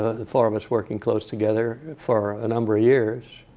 the four of us working close together for a number of years,